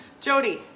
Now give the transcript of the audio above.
Jody